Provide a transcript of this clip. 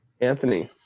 Anthony